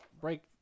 break